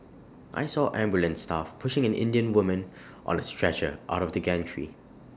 I saw ambulance staff pushing an Indian woman on A stretcher out of the gantry